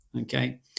okay